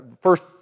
first